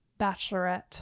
bachelorette